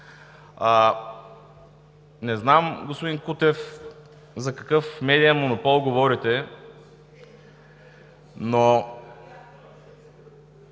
Не знам, господин Кутев, за какъв медиен монопол говорите, но